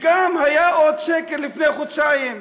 והיה עוד שקר לפני חודשיים,